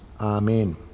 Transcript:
Amen